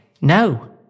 No